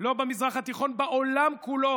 לא במזרח התיכון לבדו, אלא בעולם כולו.